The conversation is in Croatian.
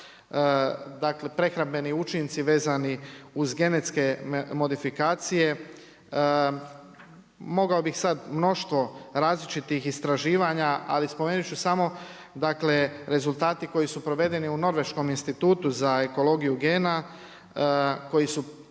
Dakle, prehrambeni učinci vezani uz genetske modifikacije, mogao bih sad mnoštvo različitih istraživanja, ali spomenuti ću samo, dakle rezultati koji su provedeni u Norveškom institutu za ekologiju gena, koji su